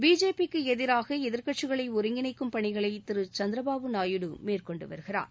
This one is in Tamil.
பிஜேபிக்கு எதிராக எதிர்க்கட்சிகளை ஒருங்கிணைக்கும் பணிகளை திரு சந்திரபாபு நாயுடு மேற்கொண்டு வருகிறார்